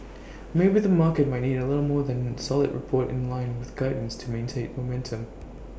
maybe the market might need A little more than A solid report in line with guidance to maintain momentum